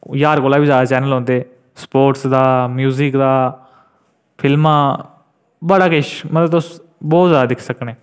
ज्हार कोला बी मते चैनल होंदे स्पोर्टस दा म्यूजिक दा फिल्मां बड़ा किश मतलब बहुत जैदा किश दिक्खी सकने